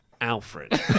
Alfred